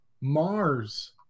Mars